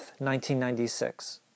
1996